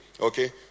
okay